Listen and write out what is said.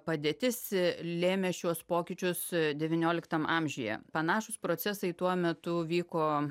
padėtis lėmė šiuos pokyčius devynioliktam amžiuje panašūs procesai tuo metu vyko